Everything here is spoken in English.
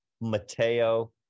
mateo